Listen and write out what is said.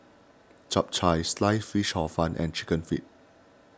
Chap Chai Sliced Fish Hor Fun and Chicken Feet